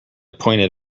pointed